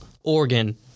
Oregon